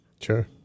Sure